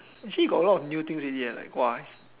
actually got a lot of new things already like got why